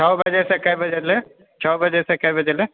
छओ बजे सँ कय बजे लए छओ बजे सँ कय बजे लए